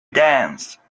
dance